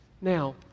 Now